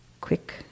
quick